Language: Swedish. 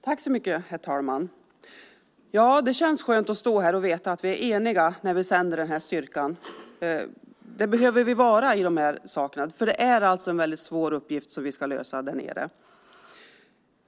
Herr talman! Det känns skönt att stå här och veta att vi är eniga när vi sänder den här styrkan. Det behöver vi vara i de här sakerna, för det är en väldigt svår uppgift som vi ska lösa där nere.